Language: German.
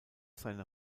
seiner